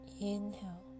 Inhale